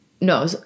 No